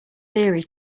theory